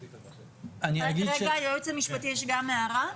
ליועץ המשפטי יש הערה.